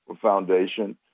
Foundation